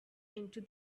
into